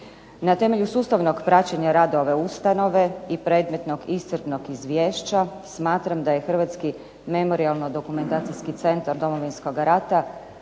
Na temelju sustavnog praćenja rada ove ustanove i predmetnog iscrpnog izvješća, smatram da je Hrvatski memorijalno-dokumentacijski centar Domovinskoga rata